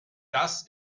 das